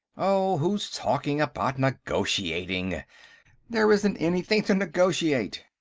oh, who's talking about negotiating there isn't anything to negotiate.